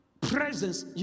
presence